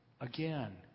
Again